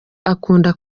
akunda